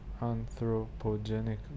anthropogenic